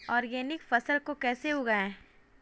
Organic फसल को कैसे उगाएँ?